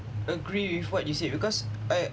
agree with what you said because I